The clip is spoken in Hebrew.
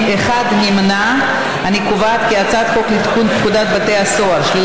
שעשתה ימים ולילות ועוד לילות ועוד לילות כדי לחבר בין כולם,